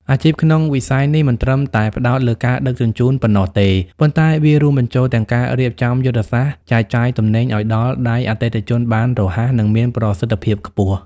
អាជីពក្នុងវិស័យនេះមិនត្រឹមតែផ្ដោតលើការដឹកជញ្ជូនប៉ុណ្ណោះទេ ប៉ុន្តែវារួមបញ្ចូលទាំងការរៀបចំយុទ្ធសាស្ត្រចែកចាយទំនិញឱ្យដល់ដៃអតិថិជនបានរហ័ស និងមានប្រសិទ្ធភាពបំផុត។